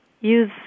use